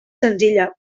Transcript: senzilla